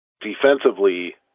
defensively